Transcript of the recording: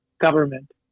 government